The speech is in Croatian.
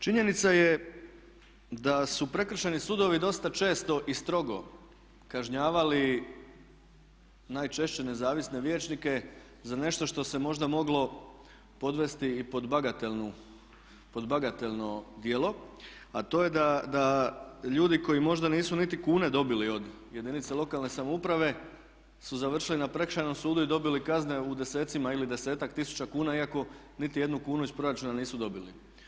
Činjenica je da su prekršajni sudovi dosta često i strogo kažnjavali najčešće nezavisne vijećnike za nešto što se možda moglo podvesti i pod bagatelno djelo, a to je da ljudi koji možda nisu niti kune dobili od jedinice lokalne samouprave su završili na Prekršajnom sudu i dobili kazne u desecima ili desetak tisuća kuna iako nitijednu kunu iz proračuna nisu dobili.